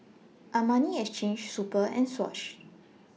Armani Exchange Super and Swatch